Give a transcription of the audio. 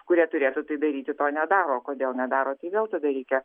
kurie turėtų tai daryti to nedaro kodėl nedaro tai vėl tada reikia